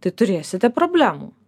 kai turėsite problemų